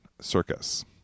Circus